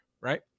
right